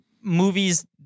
movie's